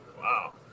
Wow